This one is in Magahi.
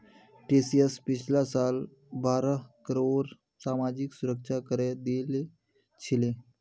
टीसीएस पिछला साल बारह करोड़ सामाजिक सुरक्षा करे दिल छिले